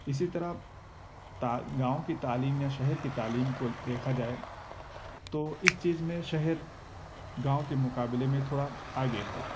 اسی طرح گاؤں کی تعلیم یا شہر کی تعلیم کو دیکھا جائے تو اس چیز میں شہر گاؤں کے مقابلے میں تھوڑا آگے ہے